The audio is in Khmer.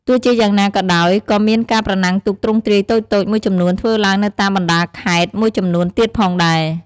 ទោះជាយ៉ាងណាក៏ដោយ ក៏មានការប្រណាំងទូកទ្រង់ទ្រាយតូចៗមួយចំនួនធ្វើឡើងនៅតាមបណ្ដាខេត្តមួយចំនួនទៀតផងដែរ។